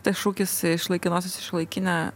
tas šūkis iš laikinosios į šiuolaikinę